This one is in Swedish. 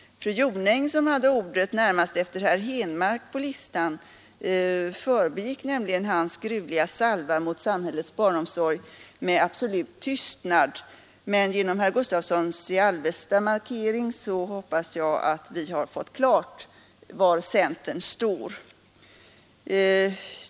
Fru Jonäng, som hade ordet närmast efter herr Henmark, förbigick nämligen hans gruvliga salva mot samhällets barnomsorg med absolut tystnad, men genom herr Gustavssons markering hoppas jag att vi fått klart för oss var centern står.